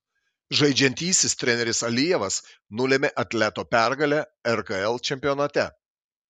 žaidžiantysis treneris alijevas nulėmė atleto pergalę rkl čempionate